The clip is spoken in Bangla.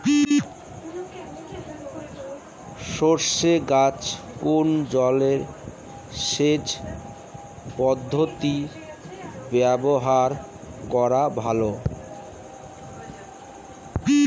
সরষে গাছে কোন জলসেচ পদ্ধতি ব্যবহার করা ভালো?